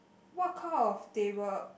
what kind of table